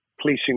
policing